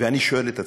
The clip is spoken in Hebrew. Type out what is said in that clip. ואני שואל את עצמי,